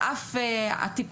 על אף עתיקותן,